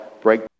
break